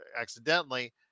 accidentally